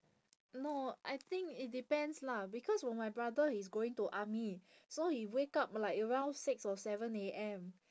no I think it depends lah because for my brother he's going to army so he wake up like around six or seven A_M